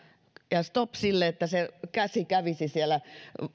ja ja stop sille että se käsi kävisi siellä